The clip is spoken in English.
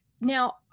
Now